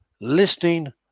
listening